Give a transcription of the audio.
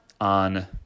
on